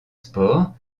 sport